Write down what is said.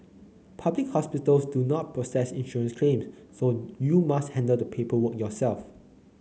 public hospitals do not process insurance claim so you must handle the paperwork yourself